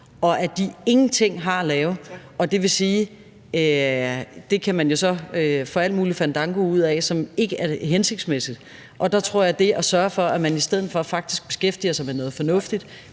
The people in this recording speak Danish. og som ingenting har at lave. Det vil sige, at det kan man jo så få al mulig fandango ud af, som ikke er hensigtsmæssigt. Og der tror jeg, at det at sørge for, at man i stedet for faktisk beskæftiger sig med noget fornuftigt